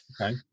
okay